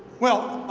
well,